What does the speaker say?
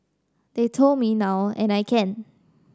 they told me now and I can